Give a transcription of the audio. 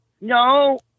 No